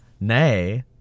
Nay